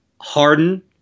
Harden